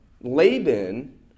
Laban